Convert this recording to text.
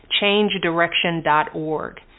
changedirection.org